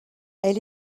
elle